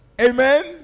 Amen